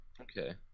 Okay